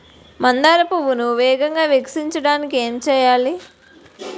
మందార పువ్వును వేగంగా వికసించడానికి ఏం చేయాలి?